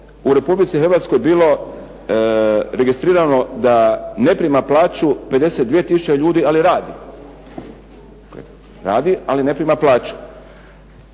u Republici Hrvatskoj bilo registrirano da ne prima plaću 52 tisuće ljudi ali radi. U međuvremenu,